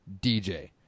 DJ